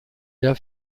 der